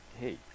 hey